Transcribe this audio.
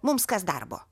mums kas darbo